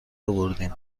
آوردین